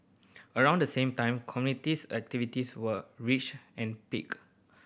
around the same time communities activities were reach and peak